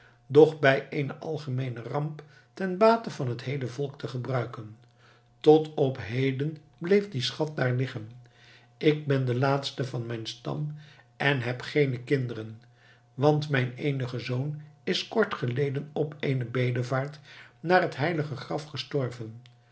doch bij eene algemeene ramp ten bate van het heele volk te gebruiken tot op heden bleef die schat daar liggen ik ben de laatste van mijn stam en heb geene kinderen want mijn eenige zoon is kort geleden op eene bedevaart naar het heilige graf gestorven